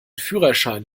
führerschein